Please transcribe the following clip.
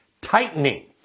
tightening